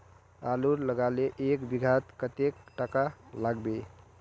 आलूर लगाले एक बिघात कतेक टका लागबे?